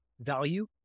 value